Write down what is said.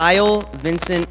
i old vincent